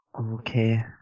Okay